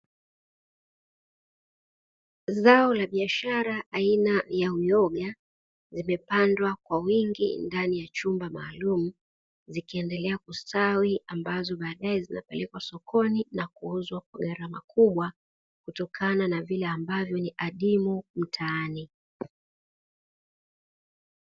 Zao la biashara aina ya uyoga limepandwa kwa wingi ndani ya chumba maalum, zikiendelea kustawi ambazo baadaye zinapelekwa sokoni na kuuzwa kwa gaharama kubwa kutokana na vile ambavyo ni adimu mtaani.